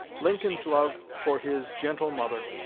lincoln's love for his gentle mother,